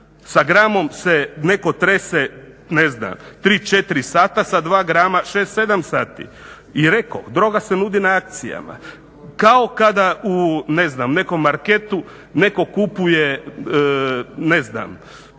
Sa gramom se netko trese ne znam tri, četiri sata, sa dva grama šest, sedam sati. I rekoh, droga se nudi na akcijama kao kada u ne znam nekom marketu netko kupuje ne znam